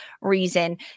reason